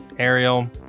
Ariel